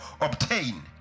obtain